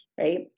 right